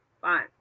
Fine